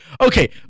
Okay